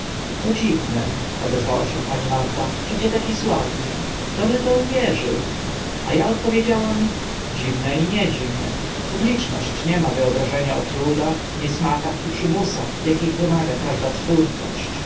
to dziwne odezwała się pani marta przecie taki sławny kto by w to uwierzył a a odpowiedziałam dziwne i niedziwne publiczność nie ma wyobrażenia o trudach niesmakach i przymusach akich wymaga każda twórczość